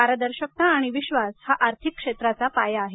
पारदर्शकता आणि विश्वास हा आर्थिक क्षेत्राचा पाया आहे